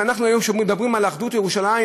אם אנחנו היום מדברים על אחדות ירושלים,